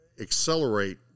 accelerate